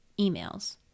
emails